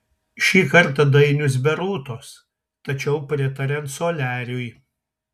šį kartą dainius be rūtos tačiau pritariant soliariui